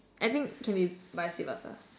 I think can be vice versa